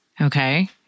okay